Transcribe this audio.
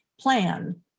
plan